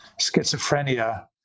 schizophrenia